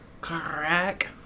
crack